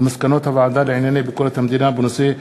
מסקנות הוועדה לענייני ביקורת המדינה בנושא: